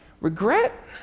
Regret